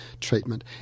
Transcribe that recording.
treatment